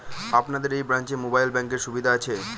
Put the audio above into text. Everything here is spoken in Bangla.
আপনাদের এই ব্রাঞ্চে মোবাইল ব্যাংকের সুবিধে আছে?